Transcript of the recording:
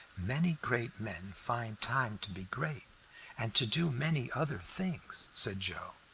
many great men find time to be great and to do many other things, said joe.